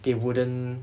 they wouldn't